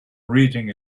reading